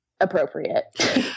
appropriate